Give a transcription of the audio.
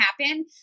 happen